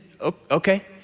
okay